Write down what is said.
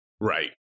right